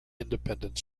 independent